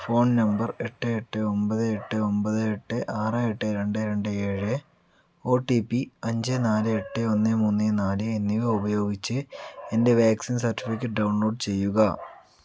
phone number എട്ട് എട്ട് ഒൻപത് എട്ട് ഒൻപത് എട്ട് ആറ് എട്ട് രണ്ട് രണ്ട് ഏഴ് ഒ ടി പി അഞ്ച് നാല് എട്ട് ഒന്ന് മൂന്ന് നാല് എന്നിവ ഉപയോഗിച്ച് എൻ്റെ വാക്സിൻ സർട്ടിഫിക്കറ്റ് ഡൗൺലോഡ് ചെയ്യുക